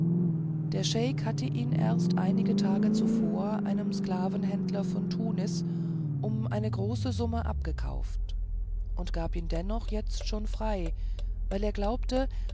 der scheik hatte ihn erst einige tage zuvor einem sklavenhändler von tunis um eine große summe abgekauft und gab ihn dennoch jetzt schon frei weil er glaubte